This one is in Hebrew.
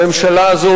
הממשלה הזאת,